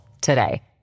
today